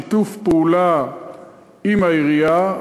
שיתוף פעולה עם העירייה,